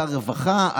לשר הרווחה,